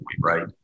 right